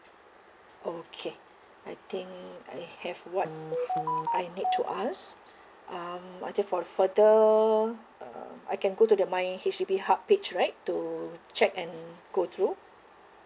okay I think I have what I need to ask um I think for further uh I can go to the my H_D_B help page right to check and go through